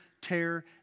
tear